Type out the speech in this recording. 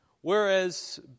Whereas